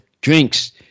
drinks